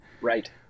Right